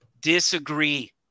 Disagree